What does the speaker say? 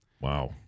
Wow